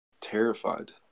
terrified